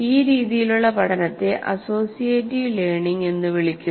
ഈ രീതിയിലുള്ള പഠനത്തെ അസോസിയേറ്റീവ് ലേണിംഗ് എന്ന് വിളിക്കുന്നു